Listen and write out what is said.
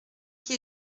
qui